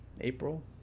April